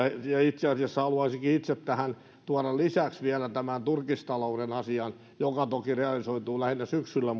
itse asiassa haluaisinkin itse tähän tuoda lisäksi vielä tämän turkistalouden asian joka toki realisoituu lähinnä syksyllä